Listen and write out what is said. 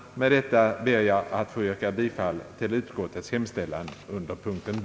Med detta ber jag att få yrka bifall till utskottets hemställan under punkten B.